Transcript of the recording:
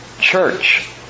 church